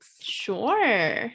sure